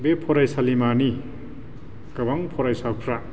बे फरायसालिमानि गोबां फरायसाफोरा